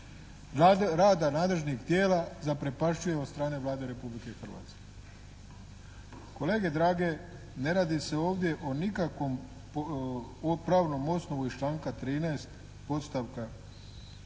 rada nadležnih tijela zaprepašćuje od strane Vlade Republike Hrvatske. Kolege drage ne radi se ovdje o nikakvom pravnom osnovu iz članka 13. podstavka 4.